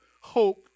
hope